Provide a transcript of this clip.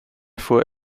fuhr